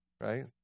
right